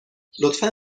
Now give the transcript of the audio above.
لطفا